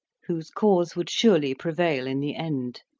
whose cause would surely prevail in the end.